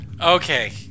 Okay